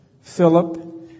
Philip